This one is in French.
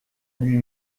lui